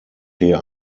hier